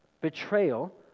betrayal